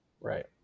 Right